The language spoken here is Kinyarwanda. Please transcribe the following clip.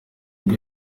ubwo